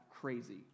crazy